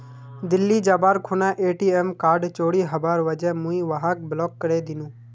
दिल्ली जबार खूना ATM card चोरी हबार वजह मुई वहाक ब्लॉक करे दिनु